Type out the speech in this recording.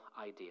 idea